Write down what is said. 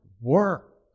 work